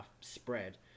spread